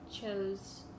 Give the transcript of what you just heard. chose